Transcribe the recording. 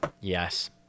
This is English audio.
Yes